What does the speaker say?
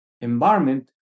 environment